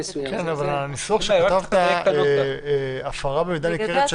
הניסוח שכתבת "הפרה במידה ניכרת של